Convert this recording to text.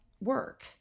work